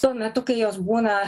tuo metu kai jos būna